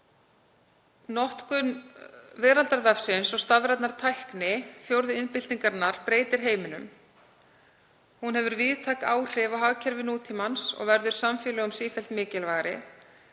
Notkun veraldarvefsins og stafrænnar tækni fjórðu iðnbyltingarinnar breytir heiminum. Hún hefur víðtæk áhrif á hagkerfi nútímans og verður samfélögum sífellt mikilvægari.